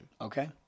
Okay